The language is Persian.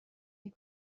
این